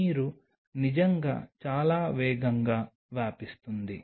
నీరు నిజంగా చాలా వేగంగా వ్యాపిస్తుంది